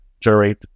generate